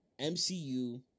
MCU